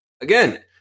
again